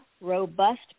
robust